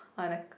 on the